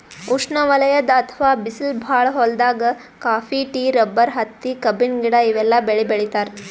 ಉಷ್ಣವಲಯದ್ ಅಥವಾ ಬಿಸ್ಲ್ ಭಾಳ್ ಹೊಲ್ದಾಗ ಕಾಫಿ, ಟೀ, ರಬ್ಬರ್, ಹತ್ತಿ, ಕಬ್ಬಿನ ಗಿಡ ಇವೆಲ್ಲ ಬೆಳಿ ಬೆಳಿತಾರ್